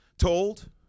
told